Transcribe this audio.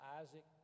Isaac